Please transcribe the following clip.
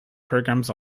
programs